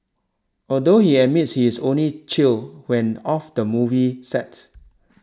although he admits he is only chill when off the movie set